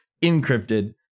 encrypted